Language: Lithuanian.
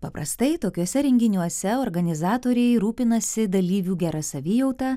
paprastai tokiuose renginiuose organizatoriai rūpinasi dalyvių gera savijauta